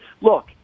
Look